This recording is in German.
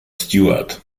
stewart